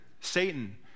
Satan